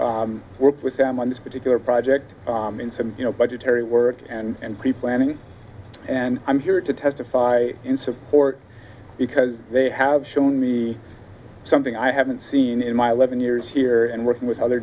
worked with them on this particular project in some you know budgetary work and pre planning and i'm here to testify in support because they have shown me something i haven't seen in my live in years here and working with other